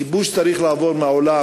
הכיבוש צריך לעבור מהעולם,